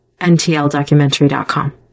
ntldocumentary.com